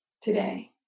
today